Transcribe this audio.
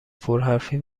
پرحرفی